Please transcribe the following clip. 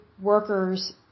workers